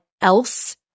else